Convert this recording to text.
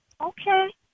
okay